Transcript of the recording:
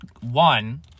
one